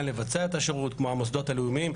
לבצע את השירות כמו המוסדות הלאומיים,